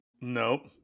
Nope